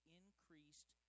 increased